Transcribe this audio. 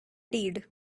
did